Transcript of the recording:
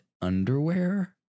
underwear